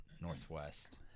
northwest